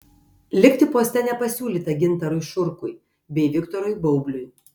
likti poste nepasiūlyta gintarui šurkui bei viktorui baubliui